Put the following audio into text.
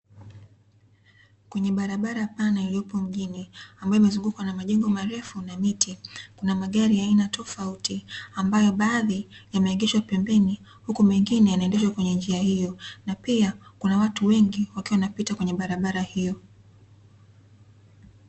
Kwenye barabara pana iliyopo mjini ambayo imezungukwa na majengo marefu na miti, kuna magari ya aina tofauti ambayo baadhi yameegeshwa pembeni, huku mengine yanaendeshwa kwenye njia hiyo, na pia kuna watu wengi wakiwa wanapita kwenye barabara hiyo.